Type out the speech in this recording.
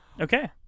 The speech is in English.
Okay